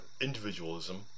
individualism